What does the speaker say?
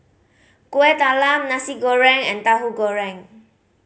Kueh Talam Nasi Goreng and Tahu Goreng